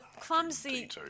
clumsy